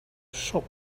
shop